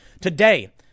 Today